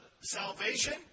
salvation